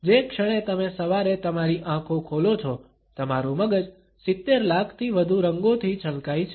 જે ક્ષણે તમે સવારે તમારી આંખો ખોલો છો તમારું મગજ સિતેર લાખથી વધુ રંગોથી છલકાઇ છે